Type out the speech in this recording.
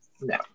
No